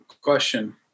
question